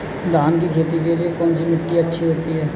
धान की खेती के लिए कौनसी मिट्टी अच्छी होती है?